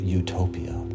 utopia